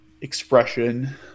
expression